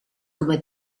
come